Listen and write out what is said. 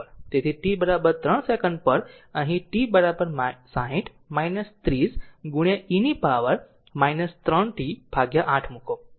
તેથી t 3 second પર અહીં t 60 30 into e 3 by 8 મૂકો 39